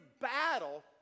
battle